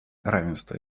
равенство